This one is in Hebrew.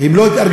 הם לא התארגנות.